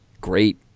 great